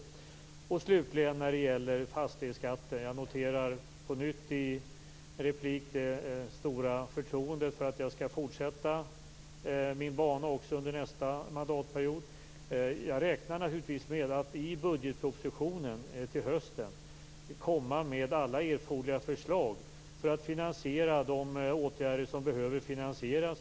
När det slutligen gäller fastighetsskatten noterar jag på nytt i repliken det stora förtroendet för att jag skall fortsätta min bana också under nästa mandatperiod. Jag räknar naturligtvis med att i budgetpropositionen till hösten komma med alla erforderliga förslag för att finansiera de åtgärder som behöver finansieras.